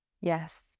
Yes